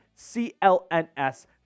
CLNS